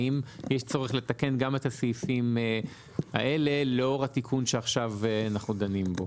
האם יש צורך לתקן גם את הסעיפים האלה לאור התיקון שעכשיו אנחנו דנים בו?